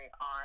on